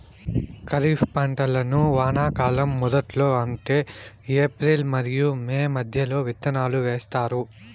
ఖరీఫ్ పంటలను వానాకాలం మొదట్లో అంటే ఏప్రిల్ మరియు మే మధ్యలో విత్తనాలు వేస్తారు